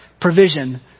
provision